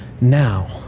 now